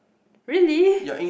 really